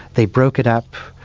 they broke it up,